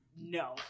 no